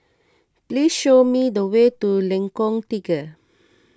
please show me the way to Lengkong Tiga